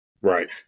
right